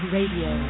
Radio